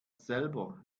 selber